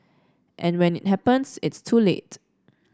and when it happens it's too late